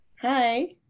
Hi